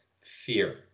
fear